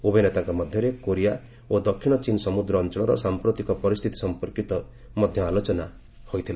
ଉଭୟ ନେତାଙ୍କ ମଧ୍ୟରେ କୋରିଆ ଓ ଦକ୍ଷିଣ ଚୀନ୍ ସମୁଦ୍ର ଅଞ୍ଚଳର ସାଂପ୍ରତିକ ପରିସ୍ଥିତି ସଂପର୍କିତ ମଧ୍ୟ ଆଲୋଚନା ହୋଇଥିଲା